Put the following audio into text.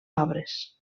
obres